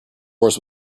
forest